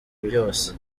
byose